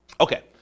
okay